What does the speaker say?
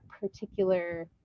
particular